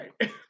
right